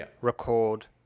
record